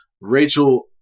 Rachel